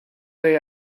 day